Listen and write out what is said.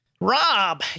Rob